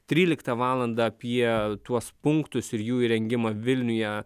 tryliktą valandą apie tuos punktus ir jų įrengimą vilniuje